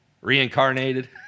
reincarnated